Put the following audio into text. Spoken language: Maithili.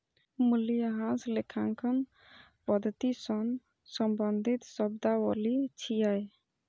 मूल्यह्रास लेखांकन पद्धति सं संबंधित शब्दावली छियै